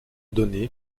données